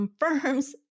confirms